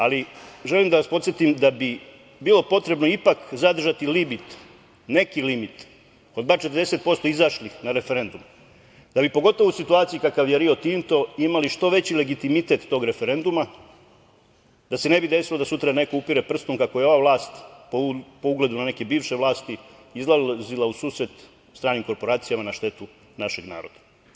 Ali želim da vas podsetim da bi bilo potrebno ipak zadržati limit, neki limit od bar 40% izašlih na referendum da bi pogotovo u situaciji u kakvoj je „Rio Tinto“ imali što veći legitimitet tog referenduma, da se ne bi desilo da sutra neko upire prstom kako je ova vlast, po ugledu na neke bivše vlasti, izlazila u susret stranim korporacijama na štetu našeg naroda.